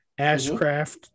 Ashcraft